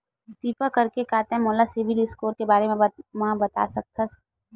किरपा करके का तै मोला सीबिल स्कोर के बारे माँ बता सकथस?